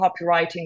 copywriting